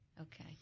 Okay